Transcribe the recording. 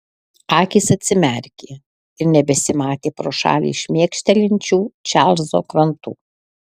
akys atsimerkė ir nebesimatė pro šalį šmėkštelinčių čarlzo krantų